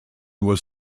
was